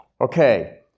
Okay